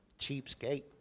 Cheapskate